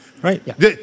Right